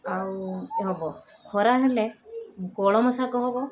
ଆଉ ହେବ ଖରା ହେଲେ କଳମ ଶାଗ ହେବ